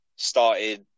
Started